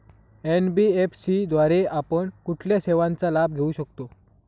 NBFC द्वारे आपण कुठल्या सेवांचा लाभ घेऊ शकतो?